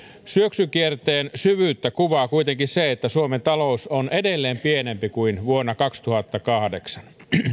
syöksykierteen syvyyttä kuvaa kuitenkin se että suomen talous on edelleen pienempi kuin vuonna kaksituhattakahdeksan